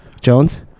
jones